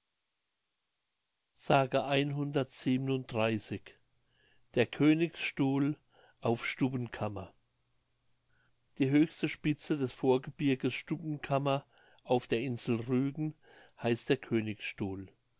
der königsstuhl auf stubbenkammer die höchste spitze des vorgebirges stubbenkammer auf der insel rügen heißt der königsstuhl